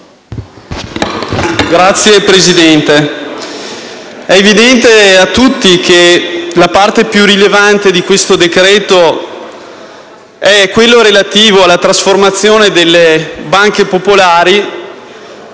Signor Presidente, è evidente a tutti che la parte più rilevante di questo decreto-legge è quella relativa alla trasformazione delle banche popolari